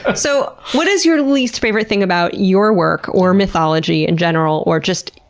so, what is your least favorite thing about your work or mythology in general? or just,